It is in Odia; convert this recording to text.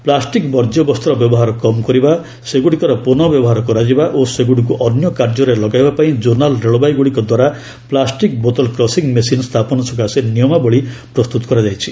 ପ୍ଲାଷ୍ଟିକ୍ ବର୍ଜ୍ୟବସ୍ତୁର ବ୍ୟବହାର କମ୍ କରିବା ସେଗୁଡ଼ିକର ପୁନଃବ୍ୟବହାର କରାଯିବା ଓ ସେଗୁଡ଼ିକୁ ଅନ୍ୟ କାର୍ଯ୍ୟରେ ଲଗାଇବା ପାଇଁ ଜୋନାଲ୍ ରେଳବାଇଗୁଡ଼ିକ ଦ୍ୱାର ପ୍ଲାଷ୍ଟିକ୍ ବୋତଲ କ୍ରସିଂ ମେସିନ୍ ସ୍ଥାପନ ସକାଶେ ନିୟମାବଳୀ ପ୍ରସ୍ତୁତ କରାଯାଇଛି